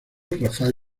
rafael